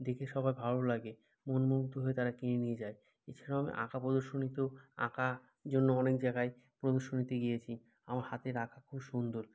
দেখে সবার ভালো লাগে মনমুগ্ধ হয়ে তারা কিনে নিয়ে যায় এছাড়াও আমি আঁকা প্রদর্শনীতেও আঁকার জন্য অনেক জায়গায় প্রদর্শনীতে গিয়েছি আমার হাতের আঁকা খুব সুন্দর